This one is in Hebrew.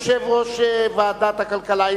יושב-ראש ועדת הכלכלה,